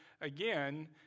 again